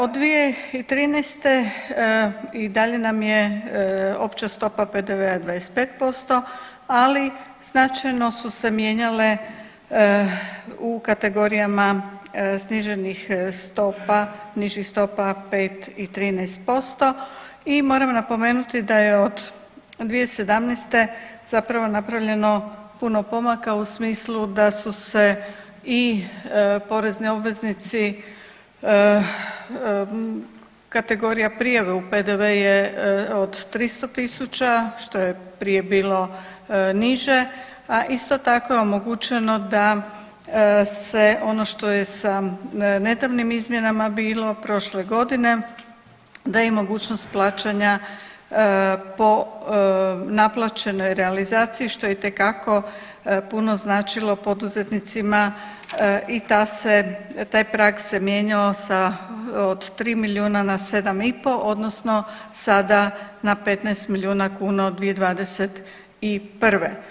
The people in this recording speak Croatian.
Od 2013. i dalje nam je opća stopa PDV-a 25%, ali značajno su se mijenjale u kategorijama sniženih stopa nižih stopa 5 i 13% i moram napomenuti da je od 2017. zapravo napravljeno puno pomaka u smislu da su se i porezni obveznici kategorija prijave u PDV je od 300.000 što je prije bilo niže, a isto tako je omogućeno da se ono što je sa nedavnim izmjenama bilo prošle godine da je mogućnost plaćanja po naplaćenoj realizaciji što je itekako puno značilo poduzetnicima i taj prag se mijenjao od tri milijuna na 7,5 odnosno sada na 15 milijuna kuna od 2021.